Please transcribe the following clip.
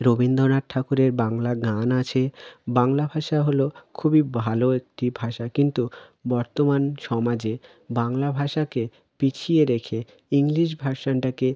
রবীন্দ্রনাথ ঠাকুরের বাংলা গান আছে বাংলা ভাষা হলো খুবই ভালো একটি ভাষা কিন্তু বর্তমান সমাজে বাংলা ভাষাকে পিছিয়ে রেখে ইংলিশ ভার্সানটাকে